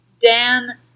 Dan